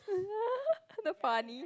damn funny